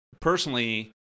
Personally